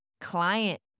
client